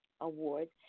Awards